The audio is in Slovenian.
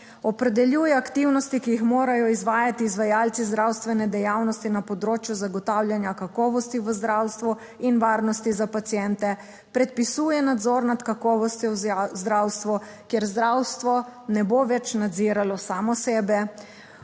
Opredeljuje aktivnosti, ki jih morajo izvajati izvajalci zdravstvene dejavnosti na področju zagotavljanja kakovosti v zdravstvu in varnosti za paciente. Predpisuje nadzor nad kakovostjo v zdravstvu, kjer zdravstvo ne bo več nadziralo samo sebe.